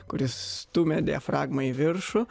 kuris stumia diafragmą į viršų